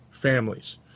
families